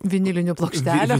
vinilinių plokštelių